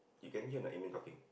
you can hear or not admin talking